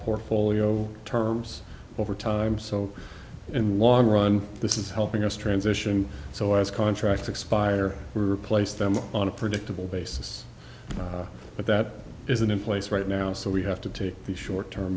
portfolio terms over time so and long run this is helping us transition so as contracts expire we replace them on a predictable basis but that isn't in place right now so we have to take the short term